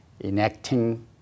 enacting